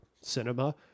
cinema